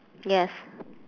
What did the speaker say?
yes